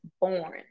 born